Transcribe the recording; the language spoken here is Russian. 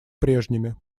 прежними